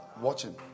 watching